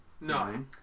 No